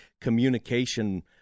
communication